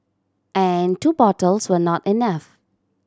and two bottles were not enough